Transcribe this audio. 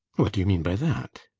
what do you mean by that?